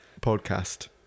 podcast